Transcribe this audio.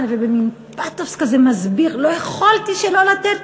ובמין פתוס מסביר: לא יכולתי שלא לתת